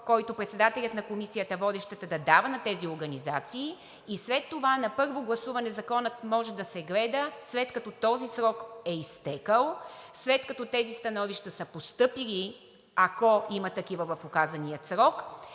който председателят на водещата комисия да дава на тези организации. След това на първо гласуване законът може да се гледа, след като този срок е изтекъл, след като тези становища са постъпили, ако има такива в указания срок,